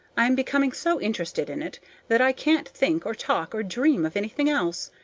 i am becoming so interested in it that i can't think or talk or dream of anything else.